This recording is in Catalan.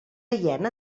hiena